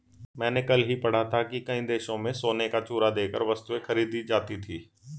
मैंने कल ही पढ़ा था कि कई देशों में सोने का चूरा देकर वस्तुएं खरीदी जाती थी